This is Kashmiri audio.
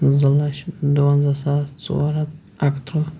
زٕ لَچھ دُوَنٛزاہ ساس ژور ہَتھ اَکہٕ تٕرٛہ